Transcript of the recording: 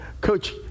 Coach